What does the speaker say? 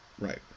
Right